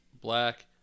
black